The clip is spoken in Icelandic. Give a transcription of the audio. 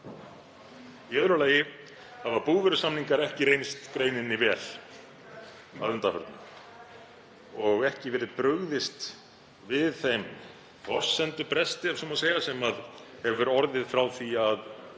Í öðru lagi hafa búvörusamningar ekki reynst greininni vel að undanförnu og ekki verið brugðist við þeim forsendubresti, ef svo má segja, sem hefur orðið frá því að